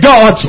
God